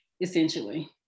essentially